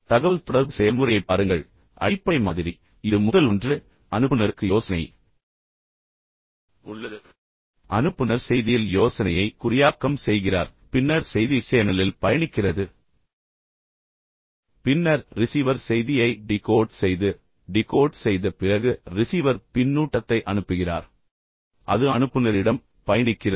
இப்போது தகவல்தொடர்பு செயல்முறையைப் பாருங்கள் அடிப்படை மாதிரி இது முதல் ஒன்று அனுப்புநருக்கு யோசனை உள்ளது பின்னர் அனுப்புநர் செய்தியில் யோசனையை குறியாக்கம் செய்கிறார் பின்னர் செய்தி சேனலில் பயணிக்கிறது பின்னர் ரிசீவர் செய்தியை டிகோட் செய்து டிகோட் செய்த பிறகு ரிசீவர் பின்னூட்டத்தை அனுப்புகிறார் அது அனுப்புநரிடம் பயணிக்கிறது